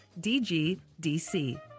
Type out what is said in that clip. DGDC